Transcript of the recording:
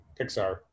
Pixar